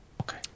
Okay